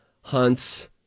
hunts